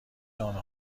نامه